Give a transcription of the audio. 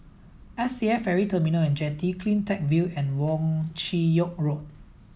S A F Ferry Terminal and Jetty CleanTech View and Wong Chin Yoke Road